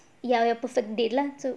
your your perfect date lah so